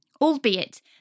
albeit